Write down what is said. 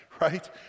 right